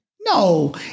No